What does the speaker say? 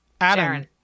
Adam